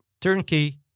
turnkey